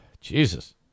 Jesus